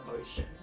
ocean